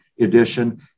edition